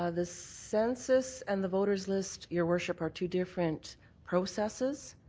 ah the census and the voters list, your worship, are two different processes.